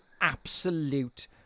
absolute